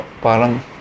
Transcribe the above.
parang